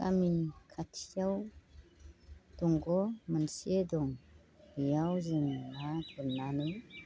गामिनि खाथियाव दंग' मोनसे दं बेयाव जों ना गुरनानै